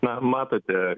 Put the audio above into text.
na matote